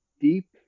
deep